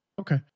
Okay